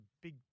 big